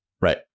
Right